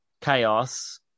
chaos